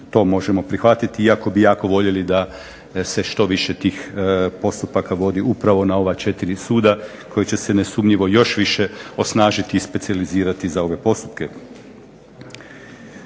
to možemo prihvatiti iako bi jako voljeli da se što više tih postupaka vodi upravo na ova četiri suda koji će se nesumnjivo još više osnažiti i specijalizirati za ove postupke.